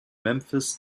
memphis